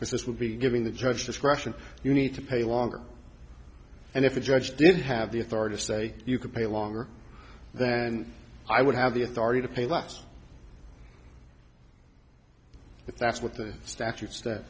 this will be giving the judge discretion you need to pay longer and if the judge did have the authority to say you could pay longer then i would have the authority to pay less if that's what the statutes that